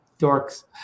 dorks